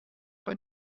bei